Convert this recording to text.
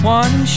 one